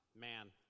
Man